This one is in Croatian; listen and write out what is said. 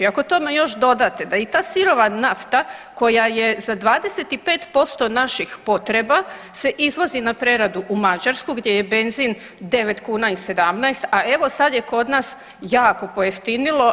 Ako tome još dodate da i ta sirova nafta koja je za 25% naših potreba se izvozi na preradu u Mađarsku gdje je benzin 9 kuna i 17, a evo sad je kod nas jako pojeftinilo.